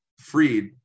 Freed